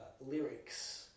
lyrics